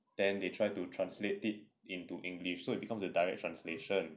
then they try to translate it into english so it becomes a direct translation